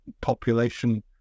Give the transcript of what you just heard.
population